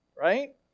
right